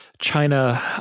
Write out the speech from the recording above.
China